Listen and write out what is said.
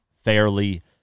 fairly